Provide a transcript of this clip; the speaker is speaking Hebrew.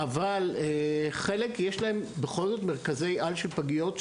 אבל בחלק יש בכל זאת מרכזי על של פגיות,